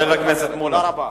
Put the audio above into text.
חבר הכנסת מולה,